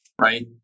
right